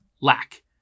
lack